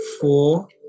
four